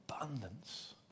abundance